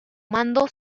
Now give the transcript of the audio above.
mando